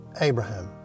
Abraham